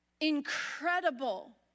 incredible